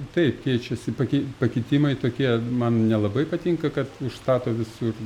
taip keičiasi pakei pakitimai tokie man nelabai patinka kad užstato visur